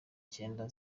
cyenda